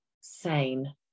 sane